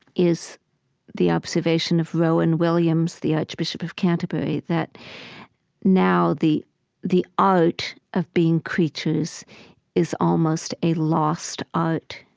is the observation of rowan williams, the archbishop of canterbury, that now the the art of being creatures is almost a lost art.